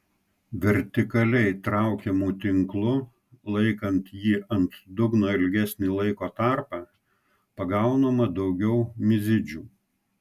vertikaliai traukiamu tinklu laikant jį ant dugno ilgesnį laiko tarpą pagaunama daugiau mizidžių